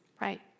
Right